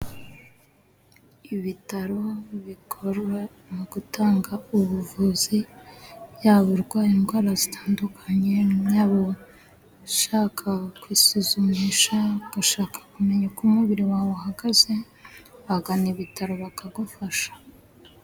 Ibitaro bikora mu gutanga ubuvuzi, yaba urwaye indwara zitandukanye ,yaba ushaka kwisuzumisha , ugashaka kumenya uko umubiri wawe uhagaze, wagana ibitaro bakagufasha.